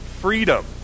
freedom